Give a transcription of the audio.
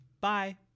Bye